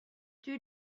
two